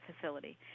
facility